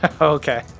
Okay